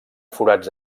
forats